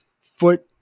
foot